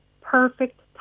perfect